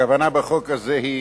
הכוונה בחוק הזה היא